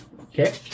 Okay